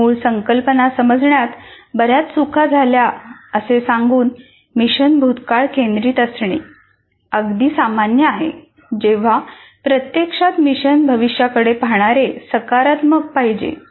मूळ संकल्पना समजण्यात बऱ्याच चुका झाल्या असे सांगून मिशन भूतकाळ केन्द्रित असणे अगदी सामान्य आहे जेव्हा प्रत्यक्षात मिशन भविष्याकडे पाहणारे सकारात्मक पाहिजे